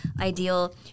ideal